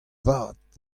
vat